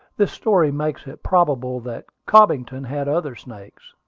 this story makes it probable that cobbington had other snakes.